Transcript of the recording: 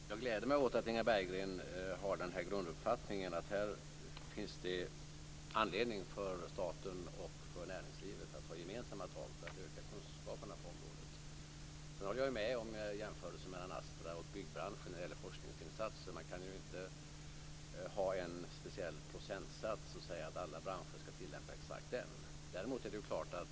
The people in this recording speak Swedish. Fru talman! Jag gläder mig åt att Inga Berggren har grunduppfattningen att det finns anledning för staten och näringslivet att ta gemensamma tag för att öka kunskaperna på området. Jag håller med om jämförelsen mellan Astra och byggbranschen när det gäller forskningsinsatser. Det går inte att säga att alla branscher skall tillämpa exakt en viss speciell procentsats.